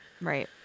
Right